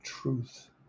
truth